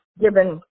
given